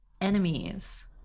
enemies